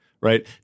right